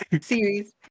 series